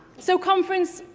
so, conference,